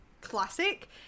classic